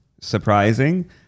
surprising